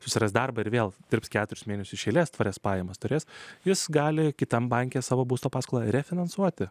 susirasti darbą ir vėl dirbs keturis mėnesius iš eilės tvarias pajamas turės jis gali kitam banke savo būsto paskolą refinansuoti